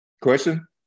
Question